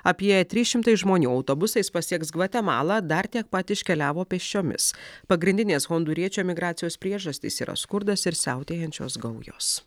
apie trys šimtai žmonių autobusais pasieks gvatemalą dar tiek pat iškeliavo pėsčiomis pagrindinės hondūriečių migracijos priežastys yra skurdas ir siautėjančios gaujos